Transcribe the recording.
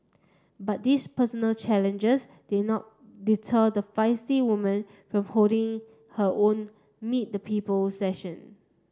but these personal challenges did not deter the feisty woman from holding her own meet the people session